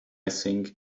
think